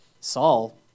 Saul